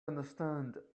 understand